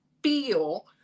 feel